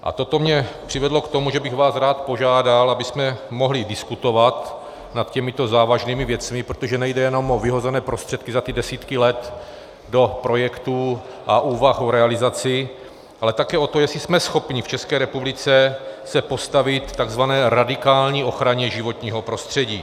A toto mě přivedlo k tomu, že bych vás rád požádal, abychom mohli diskutovat nad těmito závažnými věcmi, protože nejde jenom o vyhozené prostředky za ty desítky let do projektů a úvah o realizaci, ale také o to, jestli jsme schopni v České republice se postavit tzv. radikální ochraně životního prostředí.